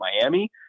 Miami